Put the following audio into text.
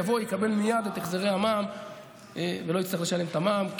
יבוא ויקבל מייד את החזרי המע"מ ולא יצטרך לשלם את המע"מ.